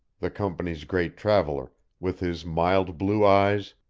the company's great traveller, with his mild blue eyes,